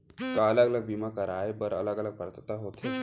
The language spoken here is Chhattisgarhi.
का अलग अलग बीमा कराय बर अलग अलग पात्रता होथे?